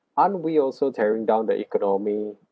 aren't we also tearing down the economy